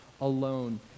alone